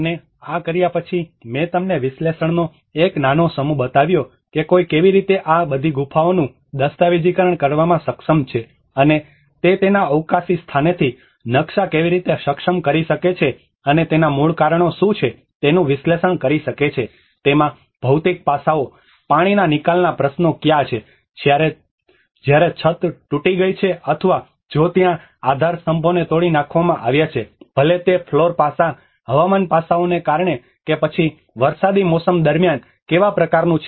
અને આ કર્યા પછી મેં તમને વિશ્લેષણનો એક નાનો સમૂહ બતાવ્યો કે કોઈ એક કેવી રીતે આ બધી ગુફાઓનું દસ્તાવેજીકરણ કરવામાં સક્ષમ છે અને તે તેના અવકાશી સ્થાનેથી નકશા કેવી રીતે સક્ષમ કરી શકે છે અને તેના મૂળ કારણો શું છે તેનું વિશ્લેષણ કરી શકે છે તેમાં ભૌતિક પાસાંઓ પાણીના નિકાલના પ્રશ્નો ક્યાં છે જ્યારે છત તૂટી ગઈ છે અથવા જો ત્યાં આધારસ્તંભોને તોડી નાખવામાં આવ્યા છે ભલે તે ફ્લોર પાસા હવામાન પાસાઓને કારણે કે પછી વરસાદી મોસમ દરમિયાન કેવા પ્રકારનું છે